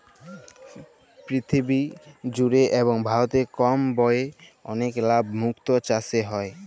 পীরথিবী জুড়ে এবং ভারতে কম ব্যয়ে অলেক লাভ মুক্ত চাসে হ্যয়ে